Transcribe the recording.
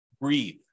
Breathe